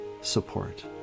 support